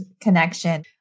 connection